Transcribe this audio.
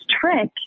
trick